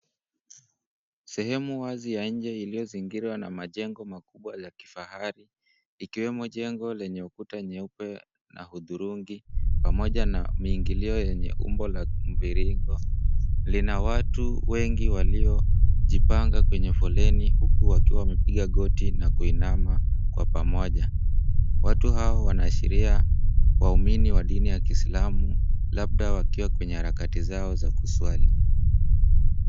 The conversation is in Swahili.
Sehemu wazi ya nje iliyozingirwa na majengo makubwa ya kifahari, ikiwemo jengo lenye ukuta nyeupe na hudhurungi, pamoja na miingilio yenye umbo la mviringo. Lina watu wengi waliojipanga kwenye foleni, huku wakiwa wamepiga goti na kuinama kwa pamoja. Watu hao wanaashiria waumini wa dini ya kiislamu labda wakiwa kwenye harakati zao za kuswali.